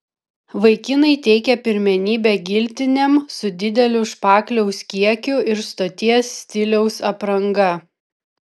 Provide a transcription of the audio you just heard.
vaikinai teikia pirmenybę giltinėm su dideliu špakliaus kiekiu ir stoties stiliaus apranga